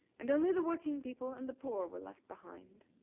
and only the working people and the poor were left behind.